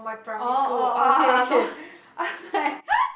orh orh orh okay okay I'm like